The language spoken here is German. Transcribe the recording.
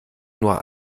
nur